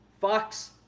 Fox